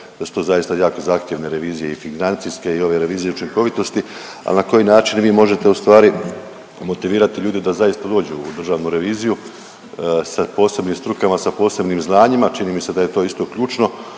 da su to zaista jako zahtjevne revizije i financijske i ove revizije učinkovitosti, ali na koji način vi možete ustvari motivirati ljude da zaista dođu u državnu reviziju sa posebnim strukama, sa posebnim znanjima, čini mi se da je to isto ključno,